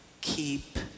keep